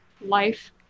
life